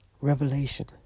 Revelation